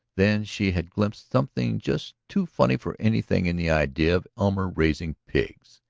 then she had glimpsed something just too funny for anything in the idea of elmer raising pigs.